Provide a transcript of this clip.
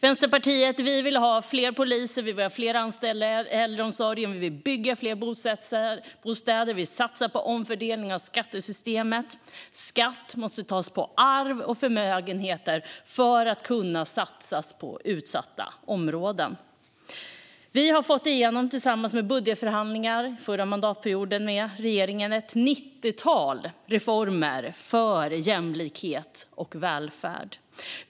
Vänsterpartiet vill ha fler poliser och fler anställda i äldreomsorgen, vi vill bygga fler bostäder och satsar på omfördelning av skattesystemet. Skatt måste tas ut på arv och förmögenheter för att man ska kunna satsa på utsatta områden. I budgetförhandlingar med regeringen förra mandatperioden fick vi igenom ett nittiotal reformer för jämlikhet och välfärd.